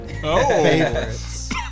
favorites